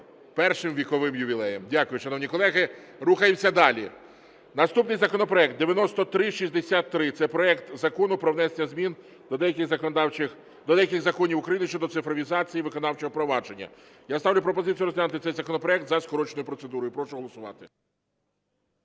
першим віковим ювілеєм. Дякую, шановні колеги. Рухаємося далі. Наступний законопроект 9363. Це проект Закону про внесення змін до деяких законів України щодо цифровізації виконавчого провадження. Я ставлю пропозицію розглянути цей законопроект за скороченою процедурою. Прошу голосувати.